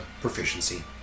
proficiency